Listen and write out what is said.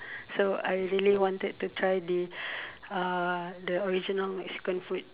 so I really wanted to try the uh the original Mexican food